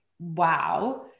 wow